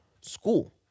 school